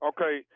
Okay